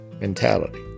mentality